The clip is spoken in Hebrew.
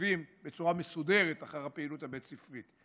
עוקבים בצורה מסודרת אחר הפעילות הבית ספרית.